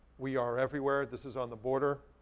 we are everywhere, this is on the border.